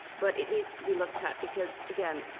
but it needs to be looked at, because again,